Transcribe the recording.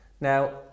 Now